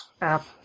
app